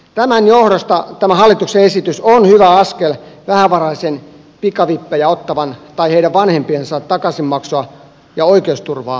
tämän johdosta tämä hallituksen esitys on hyvä askel vähävaraisen pikavippejä ottavan tai heidän vanhempiensa takaisinmaksua ja oikeusturvaa ajatellen